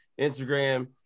Instagram